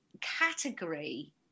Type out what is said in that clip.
category